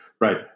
Right